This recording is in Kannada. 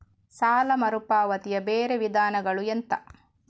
ಸಾಲ ಮರುಪಾವತಿಯ ಬೇರೆ ವಿಧಾನಗಳು ಎಂತ?